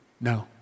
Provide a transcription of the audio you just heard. no